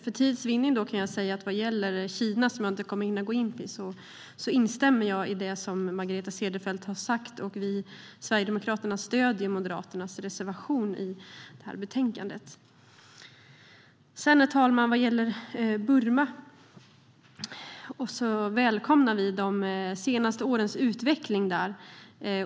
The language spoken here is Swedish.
För tids vinnande kan jag säga att vad gäller Kina, som jag inte kommer att hinna gå in på, instämmer jag i det som Margareta Cederfelt har sagt. Sverigedemokraterna stöder Moderaternas reservation i det här betänkandet. Herr talman! Vad gäller Myanmar/Burma välkomnar vi de senaste årens utveckling där.